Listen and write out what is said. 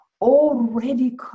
already